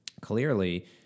clearly